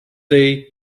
day